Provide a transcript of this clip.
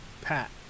pat